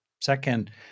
Second